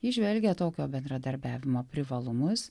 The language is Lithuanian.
įžvelgia tokio bendradarbiavimo privalumus